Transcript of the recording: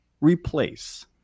replace